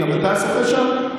גם אתה שוחה שם?